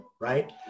Right